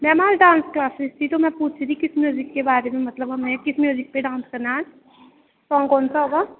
ma'am आज dance class थी तो मैम हमने किस पे डांस करना है कौन कौन सा